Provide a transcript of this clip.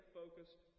focused